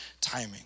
timing